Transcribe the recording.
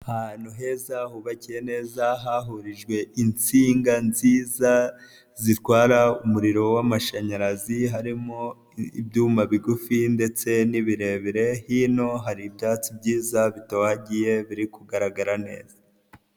Ahantu heza hubakiye neza hahurijwe insinga nziza, zitwara umuriro w'amashanyarazi harimo, ibyuma bigufi ndetse n'ibirebire hino hari ibyatsi byiza bitohagiye biri kugaragara neza.